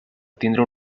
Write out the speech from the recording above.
tindre